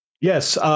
Yes